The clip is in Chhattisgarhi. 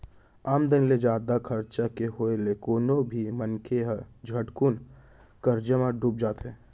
आमदनी ले जादा खरचा के होय ले कोनो भी मनसे ह झटकुन करजा म बुड़ जाथे